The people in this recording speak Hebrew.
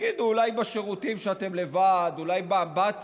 תגידו אולי בשירותים, כשאתם לבד, אולי באמבטיה,